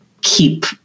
keep